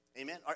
Amen